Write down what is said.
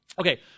Okay